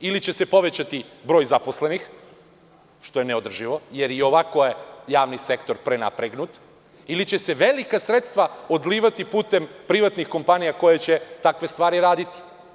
Ili će se povećati broj zaposlenih, što je neodrživo jer i ovako je javni sektor prenapregnut, ili će se velika sredstva odlivati putem privatnih kompanija koje će takve stvari raditi.